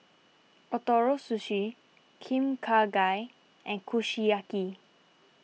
Ootoro Sushi Kim Kha Gai and Kushiyaki